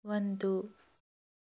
ಒಂದು